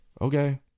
okay